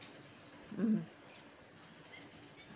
mm